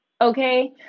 okay